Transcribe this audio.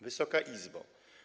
Wysoka Izbo!